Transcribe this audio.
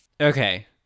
Okay